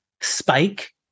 spike